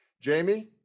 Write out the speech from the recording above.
Jamie